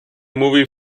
movie